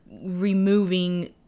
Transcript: removing